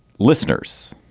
listeners.